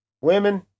women